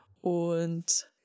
und